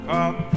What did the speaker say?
Come